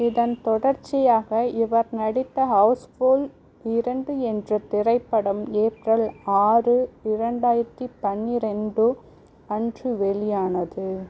இதன் தொடர்ச்சியாக இவர் நடித்த ஹவுஸ்ஃபுல் இரண்டு என்ற திரைப்படம் ஏப்ரல் ஆறு இரண்டாயிரத்தி பனிரெண்டு அன்று வெளியானது